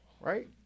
Right